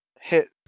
hit